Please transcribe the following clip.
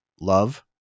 love